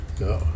No